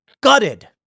gutted